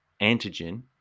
antigen